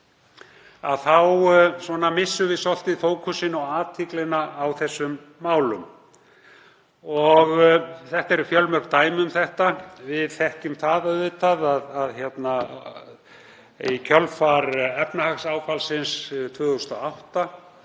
að við missum svolítið fókusinn og athyglina á þessum málum. Það eru fjölmörg dæmi um þetta. Við þekkjum auðvitað að í kjölfar efnahagsáfallsins 2008